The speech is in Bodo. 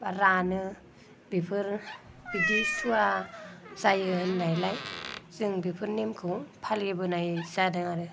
रानो बेफोर बिदि सुआ जायो होननायलाय जों बेफोर नेमखौ फालिबोनाय जादों आरो